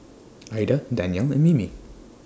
Aida Danielle and Mimi